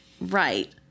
Right